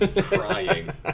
crying